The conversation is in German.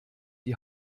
die